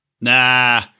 Nah